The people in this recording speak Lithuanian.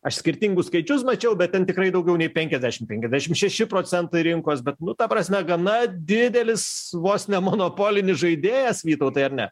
aš skirtingus skaičius mačiau bet ten tikrai daugiau nei penkiasdešim penkiasdešim šeši procentai rinkos bet nu ta prasme gana didelis vos ne monopolinis žaidėjas vytautai ar ne